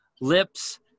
lips